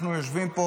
אנחנו יושבים פה